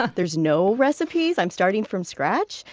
ah there's no recipes? i'm starting from scratch?